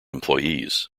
employees